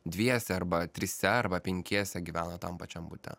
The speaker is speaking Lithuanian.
dviese arba trise arba penkiese gyvena tam pačiam bute